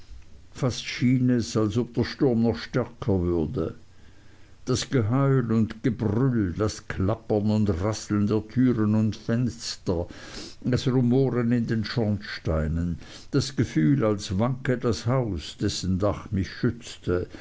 fast schien es als ob der sturm noch stärker würde das geheul und gebrüll das klappern und rasseln der türen und fenster das rumoren in den schornsteinen das gefühl als wanke das haus dessen dach mich schützte